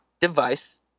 device